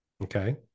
Okay